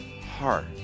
heart